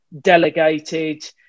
delegated